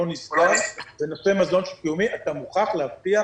נסגר בנושא מזון שהוא קיומי מוכרחים להבטיח